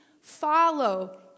follow